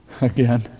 again